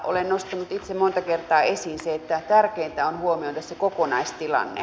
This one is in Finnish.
olen nostanut itse monta kertaa esiin sen että tärkeintä on huomioida kokonaistilanne